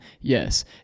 Yes